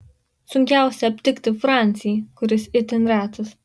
sunkiausia aptikti francį kuris itin retas